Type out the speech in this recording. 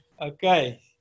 Okay